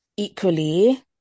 Equally